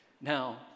Now